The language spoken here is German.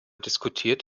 diskutiert